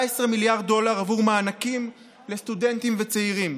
מיליארד דולר עבור מענקים לסטודנטים וצעירים.